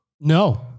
No